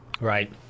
right